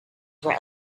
were